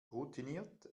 routiniert